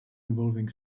involving